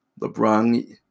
LeBron